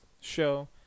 show